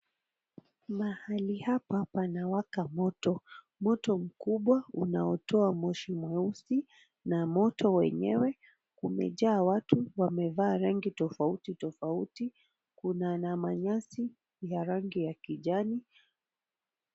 Mahali hapa panawaka moto, moto mkubwa unaotoa moshi mweusi na moto wenyewe umejaa watu wamevaa rangi tofauti tofauti, kuna ana manyasi ya rangi ya kijani.